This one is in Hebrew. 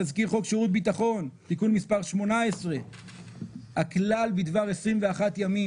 תזכיר חוק שירות ביטחון (תיקון מס' 18). הכלל בדבר 21 ימים,